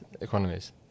economies